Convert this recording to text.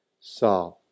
saw